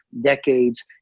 decades